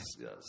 yes